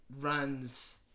runs